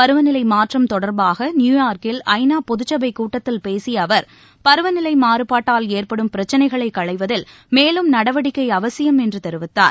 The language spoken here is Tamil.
பருவநிலை மாற்றம் தொடர்பாக நியூயார்க்கில் ஐ நா பொதுச்சபை கூட்டத்தில் பேசிய அவர் பருவநிலை மாறுபட்டால் ஏற்படும் பிரச்சினைகளைக் களைவதில் மேலும் நடவடிக்கை அவசியம் என்று தெரிவித்தார்